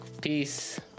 Peace